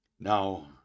Now